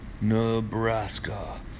Nebraska